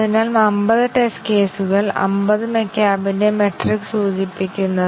അതിനാൽ ഞങ്ങൾ ആദ്യം ട്രൂത്ത് ടേബിളും ഡിസിഷൻ ഔട്ട്കം ഉം വികസിപ്പിക്കുന്നു